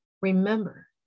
Remember